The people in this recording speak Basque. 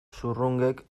zurrungek